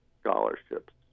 scholarships